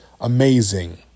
amazing